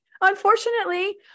unfortunately